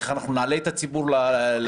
איך אנחנו נביא את הציבור לקלפיות.